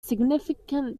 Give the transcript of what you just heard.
significant